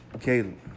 Caleb